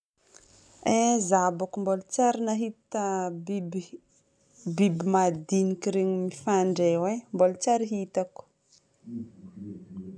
Eh za boko mbola tsy ary nahita biby- biby madinika iregny mifandray io e. Mbola tsy ary nahita.